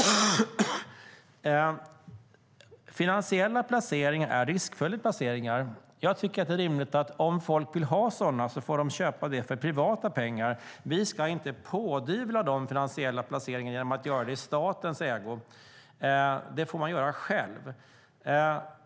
Finansiella placeringar är riskfyllda. Om folk vill får de göra sådana med privata pengar. Det tycker jag är rimligt. Vi ska inte pådyvla folk finansiella placeringar genom att göra det i statens ägo. Det får man göra själv.